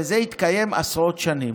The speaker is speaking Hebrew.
וזה התקיים עשרות שנים.